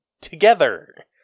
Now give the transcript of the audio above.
together